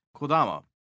Kodama